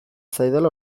zaidala